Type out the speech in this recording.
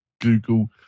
Google